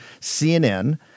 CNN